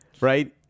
Right